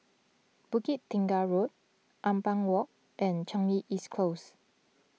Bukit Tunggal Road Ampang Walk and Changi East Close